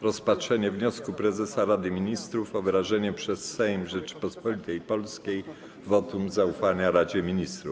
Rozpatrzenie wniosku Prezesa Rady Ministrów o wyrażenie przez Sejm Rzeczypospolitej Polskiej wotum zaufania Radzie Ministrów.